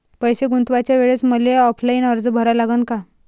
पैसे गुंतवाच्या वेळेसं मले ऑफलाईन अर्ज भरा लागन का?